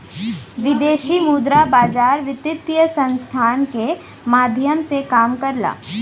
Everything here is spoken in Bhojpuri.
विदेशी मुद्रा बाजार वित्तीय संस्थान के माध्यम से काम करला